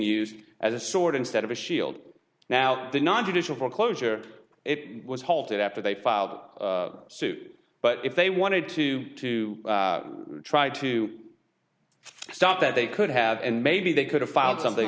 used as a sword instead of a shield now the non judicial foreclosure it was halted after they filed suit but if they wanted to to to try stuff that they could have and maybe they could have found something